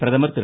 பிரதமர் திரு